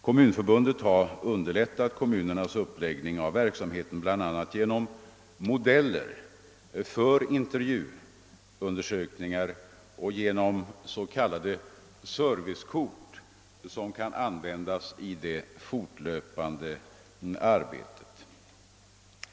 Kommunförbundet har underlättat kommunernas uppläggning av verksamheten bl.a. genom modeller för intervjuundersökningar och genom s.k. servicekort som kan användas i det fortlöpande arbetet.